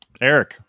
Eric